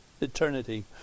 eternity